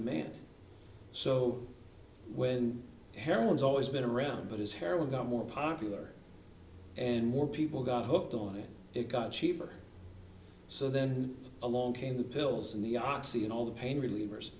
demand so when herons always been around but his hair we got more popular and more people got hooked on it it got cheaper so then along came the pills and the oxy and all the pain relievers